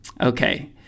Okay